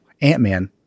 Ant-Man